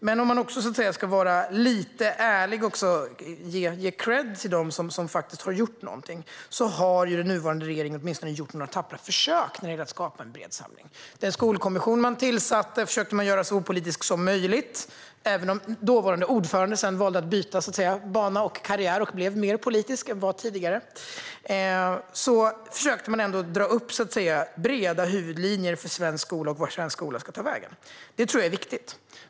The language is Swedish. Men om man ska vara lite ärlig och ge kredd till dem som faktiskt har gjort någonting, har den nuvarande regeringen åtminstone gjort några tappra försök när det gäller att skapa en bred samling. Den skolkommission man tillsatte försökte man göra så opolitisk som möjligt. Även om dåvarande ordföranden sedan valde att byta bana och karriär och blev mer politisk än tidigare, försökte man ändå dra upp breda huvudlinjer för svensk skola och för vart svensk skola ska ta vägen. Det är viktigt.